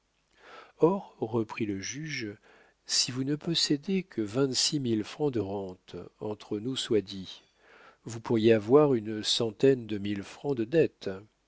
reprit le juge si vous ne possédez que vingt-six mille francs de rente entre nous soit dit vous pourriez avoir une centaine de mille francs de dettes